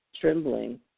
trembling